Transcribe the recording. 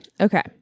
okay